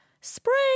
spring